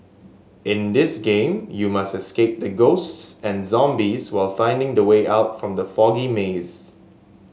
in this game you must escape the ghosts and zombies while finding the way out from the foggy maze